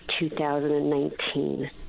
2019